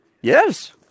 Yes